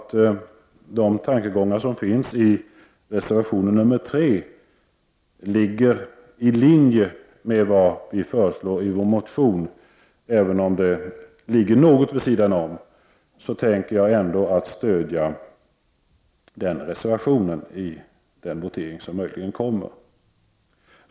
Tankegångarna i reservation 3 ligger i linje med vad vi föreslår i motionen, och även om den är något vid sidan om, tänker jag stödja den reservationen i en eventuell votering.